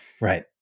right